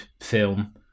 film